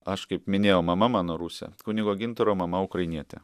aš kaip minėjau mama mano rusė kunigo gintaro mama ukrainietė